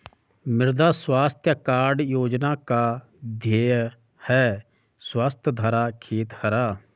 मृदा स्वास्थ्य कार्ड योजना का ध्येय है स्वस्थ धरा, खेत हरा